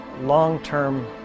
long-term